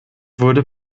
wurde